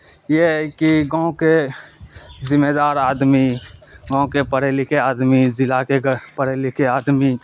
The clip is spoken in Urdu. یہ ہے کہ گاؤں کے ذمہ دار آدمی گاؤں کے پڑھے لکھے آدمی ضلع کے پڑھے لکھے آدمی